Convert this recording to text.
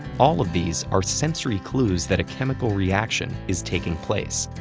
all of these are sensory clues that a chemical reaction is taking place.